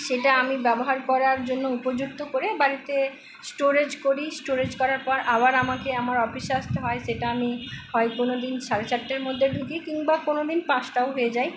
সেটা আমি ব্যবহার করার জন্য উপযুক্ত করে বাড়িতে স্টোরেজ করি স্টোরেজ করার পর আবার আমাকে আমার অফিসে আসতে হয় সেটা আমি হয় কোনো দিন সাড়ে চারটের মধ্যে ঢুকি কিংবা কোনো দিন পাঁচটাও হয়ে যায়